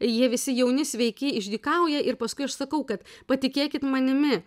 jie visi jauni sveiki išdykauja ir paskui aš sakau kad patikėkit manimi